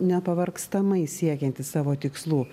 nepavargstamai siekiantys savo tikslų